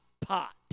pot